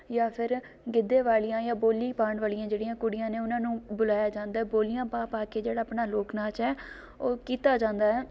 ਜਾਂ ਫਿਰ ਗਿੱਧੇ ਵਾਲੀਆਂ ਜਾਂ ਬੋਲੀ ਪਾਉਣ ਵਾਲੀਆਂ ਜਿਹੜੀਆਂ ਕੁੜੀਆਂ ਨੇ ਉਹਨਾਂ ਨੂੰ ਬੁਲਾਇਆ ਜਾਂਦਾ ਹੈ ਬੋਲੀਆਂ ਪਾ ਪਾ ਕੇ ਜਿਹੜਾ ਆਪਣਾ ਲੋਕ ਨਾਚ ਹੈ ਉਹ ਕੀਤਾ ਜਾਂਦਾ ਹੈ